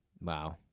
Wow